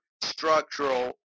structural